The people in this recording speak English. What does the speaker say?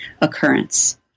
occurrence